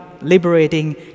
liberating